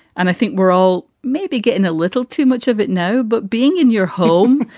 and i think we're all maybe getting a little too much of it. no, but being in your home,